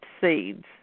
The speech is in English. seeds